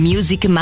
Music